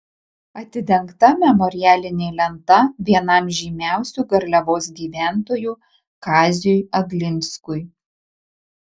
atidengta memorialinė lenta vienam žymiausių garliavos gyventojų kaziui aglinskui